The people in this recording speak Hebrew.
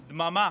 דממה,